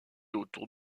autour